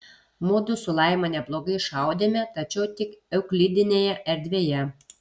mudu su laima neblogai šaudėme tačiau tik euklidinėje erdvėje